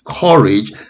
courage